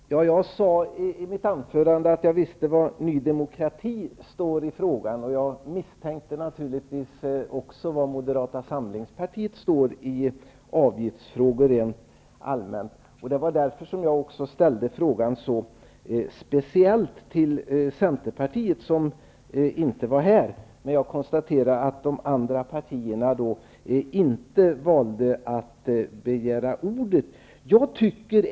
Fru talman! Jag sade i mitt anförande att jag visste var Ny demokrati står i frågan och jag misstänkte naturligtvis också var Moderata samlingspartiet rent allmänt står i avgiftsfrågor. Det var därför jag riktade frågan särskilt till Centerpartiets företrädare som inte var här. Jag konstaterar att de andra partierna inte valde att begära ordet.